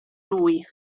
lui